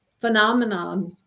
phenomenon